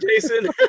Jason